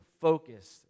focused